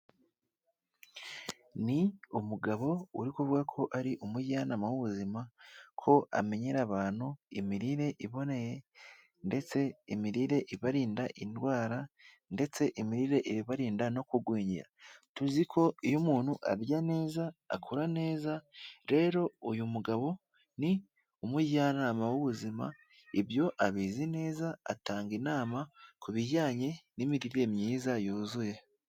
Ni umugabo uri kuvuga ko ari umujyanama w'ubuzima, ko amenyera abantu imirire iboneye ndetse imirire ibarinda indwara ndetse imirire ibarinda no kugwingira. Tuzi ko iyo umuntu arya neza, akora neza, rero uyu mugabo ni umujyanama w'ubuzima, ibyo abizi neza, atanga inama ku bijyanye n'imirire myiza yuzuye.